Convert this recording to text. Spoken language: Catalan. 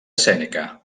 sèneca